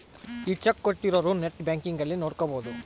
ಈ ಚೆಕ್ ಕೋಟ್ಟಿರೊರು net banking ಅಲ್ಲಿ ನೋಡ್ಕೊಬೊದು